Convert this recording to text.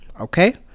Okay